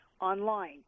online